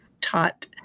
taught